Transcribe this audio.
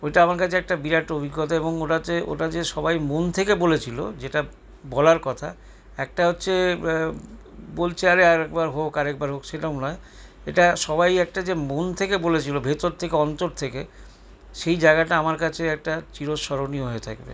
ওইটা আমার কাছে একটা বিরাট অভিজ্ঞতা এবং ওটা তে ওটা যে সবাই মন থেকে বলেছিল যেটা বলার কথা একটা হচ্ছে বলছে আরে আর একবার হোক আর একবার হোক সেটাও নয় এটা সবাই একটা যে মন থেকে বলেছিল ভিতর থেকে অন্তর থেকে সেই জায়গাটা আমার কাছে একটা চিরস্মরণীয় হয়ে থাকবে